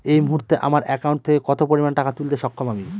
এই মুহূর্তে আমার একাউন্ট থেকে কত পরিমান টাকা তুলতে সক্ষম আমি?